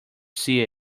see